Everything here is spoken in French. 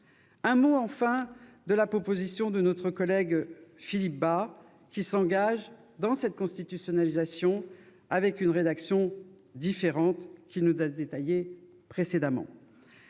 un mot, enfin, sur la proposition de notre collègue Philippe Bas qui s'engage dans cette constitutionnalisation avec une rédaction différente, qu'il nous a détaillée. Cette